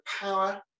power